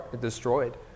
destroyed